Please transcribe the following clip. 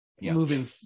moving